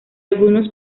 algunos